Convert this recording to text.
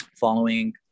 following